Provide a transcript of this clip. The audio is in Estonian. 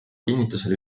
kinnitusel